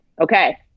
Okay